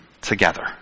together